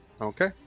Okay